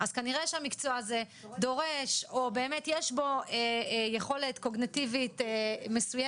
אז כנראה שהמקצוע הזה דורש או שבאמת יש בו יכולת קוגניטיבית מסוימת.